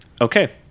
okay